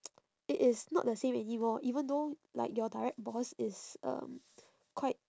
it is not the same anymore even though like your direct boss is um quite